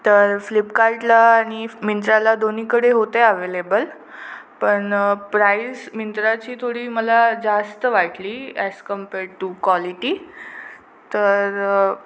तर फ्लिपकार्टला आणि मिंत्राला दोन्हीकडे होते अवेलेबल पण प्राईस मिंत्राची थोडी मला जास्त वाटली ॲज कम्पेर टू क्वालिटी तर